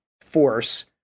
force